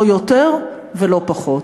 לא יותר ולא פחות,